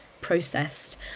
processed